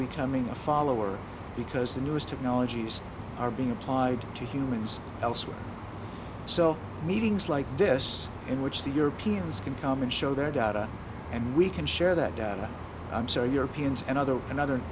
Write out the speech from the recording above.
becoming a follower because the newest technologies are being applied to humans elsewhere so meetings like this in which the europeans can come and show their data and we can share that data i'm sorry europeans and other and other